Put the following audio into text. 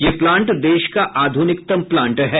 यह प्लांट देश का अधुनिकतम प्लांट है